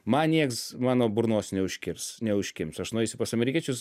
man nieks mano burnos neužkirs neužkimš aš nueisiu pas amerikiečius